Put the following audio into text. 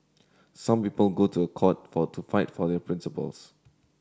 some people go to a court for to fight for their principles